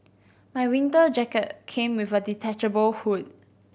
my winter jacket came with a detachable hood